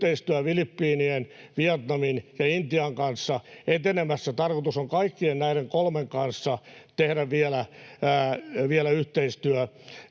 yhteistyö Filippiinien, Vietnamin ja Intian kanssa etenemässä. Tarkoitus on kaikkien näiden kolmen kanssa tehdä vielä valtiotason